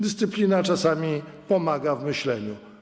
Dyscyplina czasami pomaga w myśleniu.